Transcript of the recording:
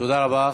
תודה רבה.